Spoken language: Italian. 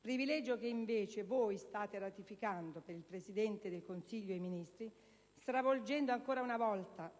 privilegio che invece voi state ratificando per il Presidente del Consiglio e per i Ministri, stravolgendo ancora una volta